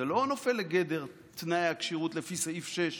זה לא נופל לגדר תנאי הכשירות לפי סעיף 6 לחוק-היסוד,